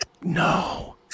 No